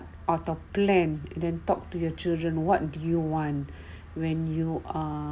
atau plan then talk to your children what do you want when you are